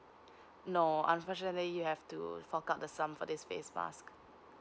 no unfortunately you have to fork out the sum for this face mask